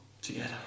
together